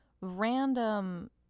random